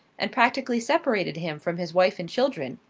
and practically separated him from his wife and children.